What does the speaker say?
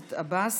הכנסת עבאס.